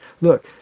Look